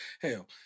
hell